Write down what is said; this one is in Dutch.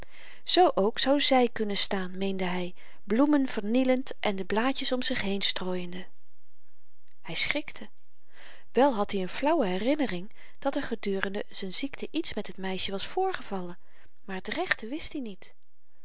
z ook zou zy kunnen staan meende hy bloemen vernielend en de blaadjes om zich heen strooiende hy schrikte wel had i n flauwe herinnering dat er gedurende z'n ziekte iets met het meisje was voorgevallen maar t rechte wist i niet